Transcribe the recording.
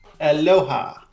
Aloha